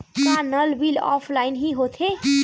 का नल bill offline हि होथे?